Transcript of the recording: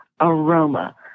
aroma